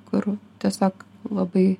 kur tiesiog labai